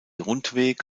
rundweg